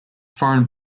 foreign